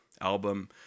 album